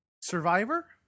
Survivor